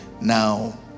Now